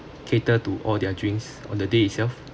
cater to all their drinks on the day itself